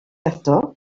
eto